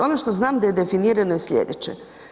Ono što znam da je definirano je slijedeće.